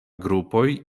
grupoj